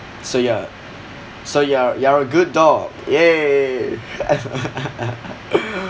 so ya so you're you're a good dog !yay!